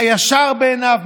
הישר בעיניו,